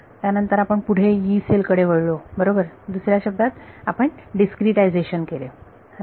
त्यानंतर आपण पुढे यी सेल कडे वळलो बरोबर दुसऱ्या शब्दात आपण डिस्क्रीटायझेशन केले बरोबर